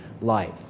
life